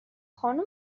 خانم